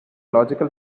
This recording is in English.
logical